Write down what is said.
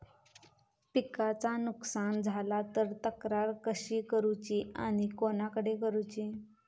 पिकाचा नुकसान झाला तर तक्रार कशी करूची आणि कोणाकडे करुची?